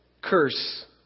curse